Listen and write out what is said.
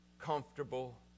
comfortable